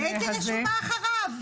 אני הייתי רשומה אחריו.